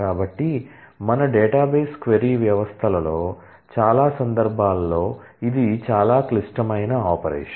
కాబట్టి మన database query వ్యవస్థలో చాలా సందర్భాల్లో ఇది చాలా క్లిష్టమైన ఆపరేషన్